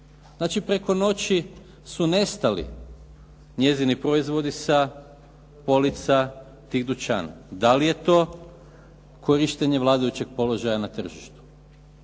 Znači preko noći su nestali njezini proizvodi sa polica tih dućana. Da li je to korištenje vladajućeg položaja na tržištu?